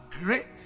great